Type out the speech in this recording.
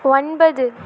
ஒன்பது